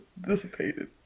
dissipated